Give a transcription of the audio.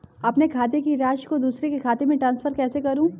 अपने खाते की राशि को दूसरे के खाते में ट्रांसफर कैसे करूँ?